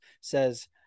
says